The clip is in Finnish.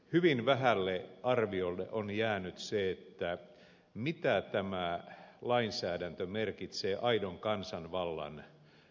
hyvin vähälle arviolle on jäänyt se mitä tämä lainsäädäntö merkitsee aidon kansanvallan näkökulmasta